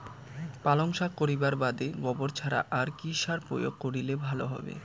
পালং শাক করিবার বাদে গোবর ছাড়া আর কি সার প্রয়োগ করিলে ভালো হবে?